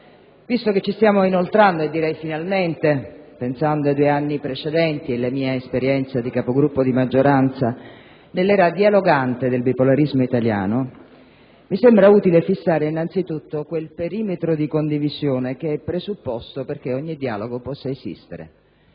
visto che ci stiamo inoltrando - e direi finalmente, pensando ai due anni precedenti e alla mia esperienza di Capogruppo di maggioranza - nell'era dialogante del bipolarismo italiano, mi sembra utile fissare innanzitutto quel perimetro di condivisione che è presupposto perché ogni dialogo possa esistere